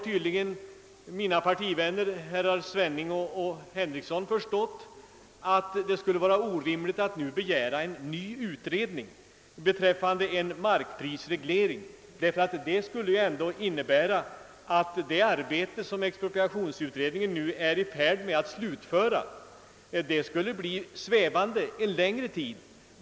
Tydligen har mina partivänner, herr Svenning och herr Henrikson, nu insett att det skulle vara orimligt att au begära en särskild utredning beträffande markprisregleringen, ty det skulle ju innebära att det arbete, som expropriationsutredningen nu är i färd med att slutföra, skulle bli svävande en längre tid.